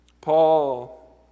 Paul